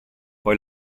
poi